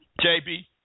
JB